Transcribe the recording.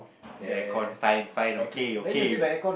the air con five fine okay okay